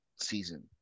season